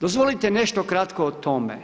Dozvolite nešto kratko o tome.